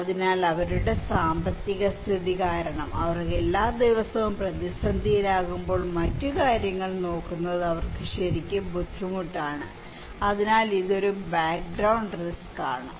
അതിനാൽ അവരുടെ സാമ്പത്തിക സ്ഥിതി കാരണം അവർ എല്ലാ ദിവസവും പ്രതിസന്ധിയിലാകുമ്പോൾ മറ്റ് കാര്യങ്ങൾ നോക്കുന്നത് അവർക്ക് ശരിക്കും ബുദ്ധിമുട്ടാണ് അതിനാൽ ഇത് ഒരുതരം ബാക്ക്ഗ്രൌണ്ട് റിസ്ക് ആണ്